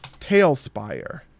Tailspire